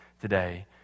today